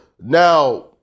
Now